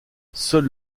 seul